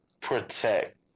protect